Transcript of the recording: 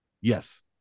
Yes